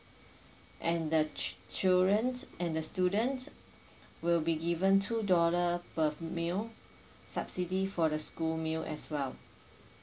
and the children and the students will be given two dollar per meal subsidy for the school meal as well